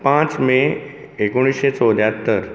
पांच मे एकुणशें चवद्यात्तर